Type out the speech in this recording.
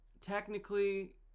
technically